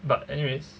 but anyways